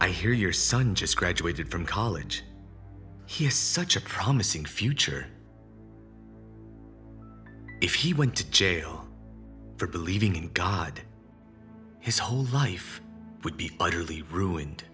i hear your son just graduated from college he's such a promising future if he went to jail for believing in god his whole life would be utterly ruined